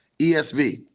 esv